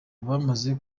bamaze